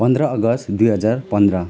पन्ध्र अगस्ट दुई हजार पन्ध्र